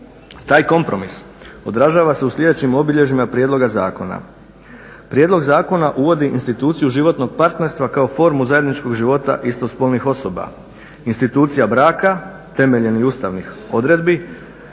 Taj kompromis odražava se u sljedećim obilježjima prijedloga zakona, prijedlog zakona uvodi instituciju životnog partnerstva kao formu zajedničkog života istospolnih osoba, institucija braka temeljem Ustavnih odredbi